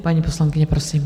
Paní poslankyně, prosím.